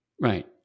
Right